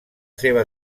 seva